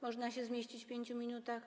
Można się zmieścić w 5 minutach?